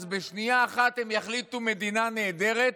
אז בשנייה אחת הם יחליטו: מדינה נהדרת?